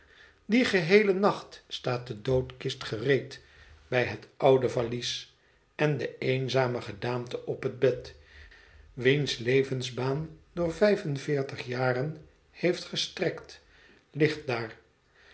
dien geheelen nacht staat de doodkist gereed bij het oude valies en de eenzame gedaante op het bed wiens levensbaan door vijf en veertig jaren heeft gestrekt ligt daar